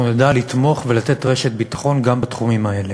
אנחנו נדע לתמוך ולתת רשת ביטחון גם בתחומים האלה.